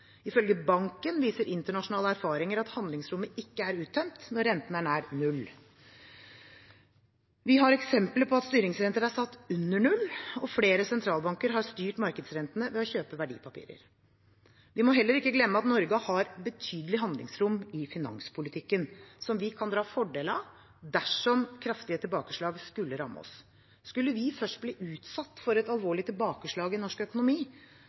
Ifølge banken viser internasjonale erfaringer at handlingsrommet ikke er uttømt når renten er nær null. Vi har eksempler på at styringsrenter er satt under null, og flere sentralbanker har styrt markedsrentene ved å kjøpe verdipapirer. Vi må heller ikke glemme at Norge har betydelig handlingsrom i finanspolitikken, som vi kan dra fordel av dersom kraftige tilbakeslag skulle ramme oss. Skulle vi først bli utsatt for et alvorlig tilbakeslag i norsk økonomi,